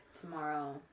tomorrow